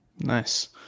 Nice